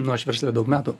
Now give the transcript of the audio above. nu aš versle daug metų